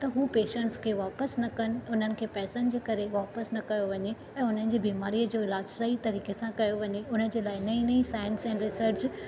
त हू पेशंट्स खे वापस न कनि उन्हनि खे पैसन जे करे वापस न कयो वञे ऐं उन्हनि जी बीमारीअ जो इलाज सही तरीक़े सां कयो वञे उन जे लाइ नईं नईं साइंस ऐं रिसर्च